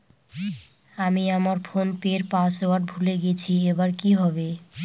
আমি আমার ফোনপের পাসওয়ার্ড ভুলে গেছি এবার কি হবে?